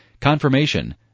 confirmation